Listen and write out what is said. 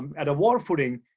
um at a war footing,